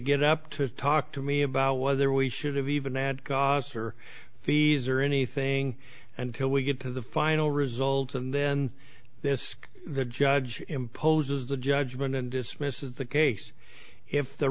get up to talk to me about whether we should have even had cause or fees or anything until we get to the final result and then this the judge imposes the judgment and dismisses the case if the